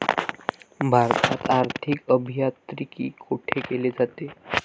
भारतात आर्थिक अभियांत्रिकी कोठे केले जाते?